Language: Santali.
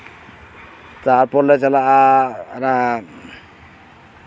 ᱛᱟᱨᱯᱚᱨ ᱞᱮ ᱪᱟᱞᱟᱜᱼᱟ ᱚᱱᱟ